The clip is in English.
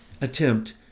attempt